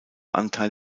anteil